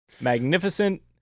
magnificent